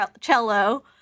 cello